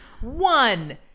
one